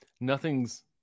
Nothing's